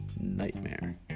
Nightmare